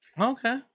Okay